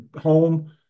home